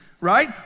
right